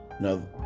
Now